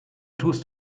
tust